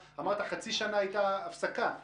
אמרת שהייתה הפסקה של חצי שנה,